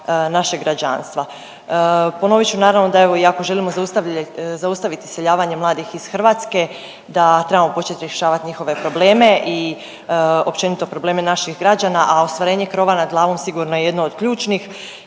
našeg građanstva. Ponovit ću naravno da evo i ako želimo zaustaviti iseljavanje mladih iz Hrvatske da trebamo počet rješavat njihove probleme i općenito probleme naših građana, a ostvarenje krova nad glavom sigurno je jedno od ključnih